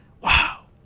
Wow